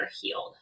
healed